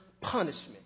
punishment